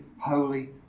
holy